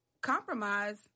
compromise